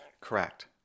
Correct